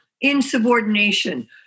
insubordination